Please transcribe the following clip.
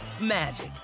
magic